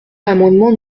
l’amendement